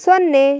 ಸೊನ್ನೆ